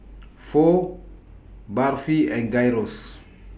Pho Barfi and Gyros